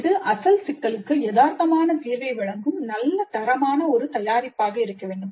இது அசல் சிக்கலுக்கு யதார்த்தமான தீர்வை வழங்கும் நல்ல தரமான ஒரு தயாரிப்பாக இருக்க வேண்டும்